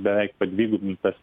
beveik padvigubintas